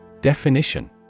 Definition